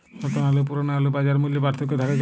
নতুন আলু ও পুরনো আলুর বাজার মূল্যে পার্থক্য থাকে কেন?